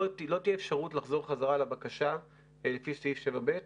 לא תהיה אפשרות לחזור חזרה לבקשה לפי סעיף 7ב,